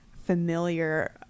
familiar